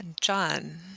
John